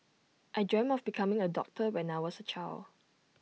I dreamt of becoming A doctor when I was A child